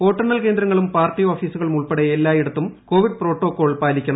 വോട്ടെണ്ണൽ ക്ന്ദ്രങ്ങളും പാർട്ടി ഓഫീസുകളും ഉൾപ്പെടെ എല്ലായിടത്തും കോവിഡ് പ്രോട്ടോകോൾ പാലിക്കണം